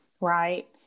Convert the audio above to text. right